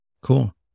cool